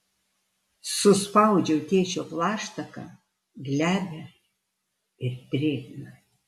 suspaudžiau tėčio plaštaką glebią ir drėgną